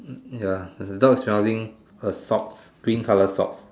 ya there's a dog shouting her socks pink colour socks